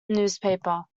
newspaper